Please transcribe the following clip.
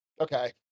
Okay